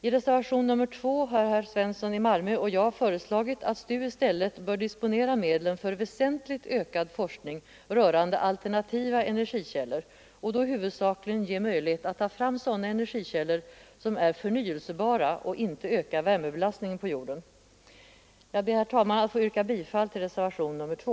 I reservationen 2 har herr Svensson i Malmö och jag föreslagit att STU i stället bör disponera medlen för väsentligt ökad forskning rörande alternativa energikällor och då huvudsakligen ge möjlighet att ta fram sådana energikällor som är förnyelsebara och inte ökar värmebelastningen på jorden. Jag ber, herr talman, att få yrka bifall till reservationen 2.